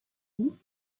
roux